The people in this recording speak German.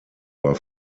war